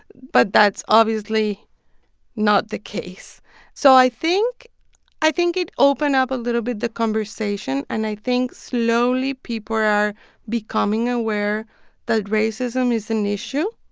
but that's obviously not the case so i think i think it opened up a little bit the conversation. and i think, slowly, people are becoming aware that racism is an issue.